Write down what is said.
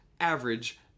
average